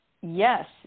yes